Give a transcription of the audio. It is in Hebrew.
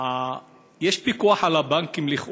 יש פיקוח על הבנקים, לכאורה,